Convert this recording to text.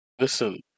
listen